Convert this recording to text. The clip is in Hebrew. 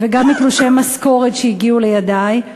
וגם מתלושי משכורת שהגיעו לידי,